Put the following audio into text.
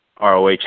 roh